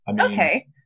Okay